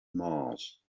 mars